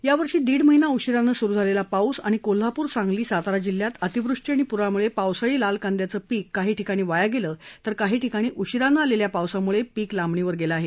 या वर्षी दीड महिना उशिरानं स्रू झालेला पाऊस आणि कोल्हापूरसांगली सातारा जिल्ह्यात अतिवृष्टी आणि प्रामुळे पावसाळी लाल कांदयाचं पीक काही ठिकाणी वाया गेलं तर काही ठिकाणी उशिराने आलेल्या पावसाम्ळे पीक लांबणीवर गेलं आहे